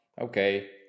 Okay